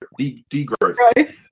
Degrowth